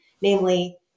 namely